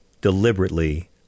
deliberately